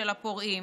של הפורעים,